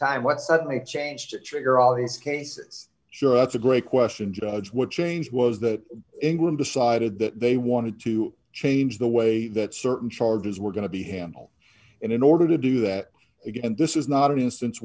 time what suddenly changed to trigger all these cases so that's a great question judge what changed was that england decided that they wanted to change the way that certain charges were going to be handled and in order to do that again and this is not an instance